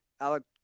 Alex